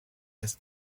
ist